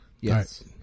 Yes